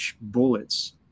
bullets